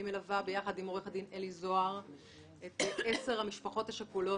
אני מלווה ביחד עם עורך הדין אלי זוהר את עשר המשפחות השכולות.